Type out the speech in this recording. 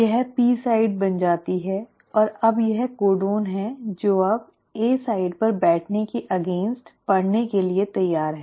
यह P site बन जाती है और अब यह कोडोन है जो अब ए साइट पर बैठने के खिलाफ पढ़ने के लिए तैयार है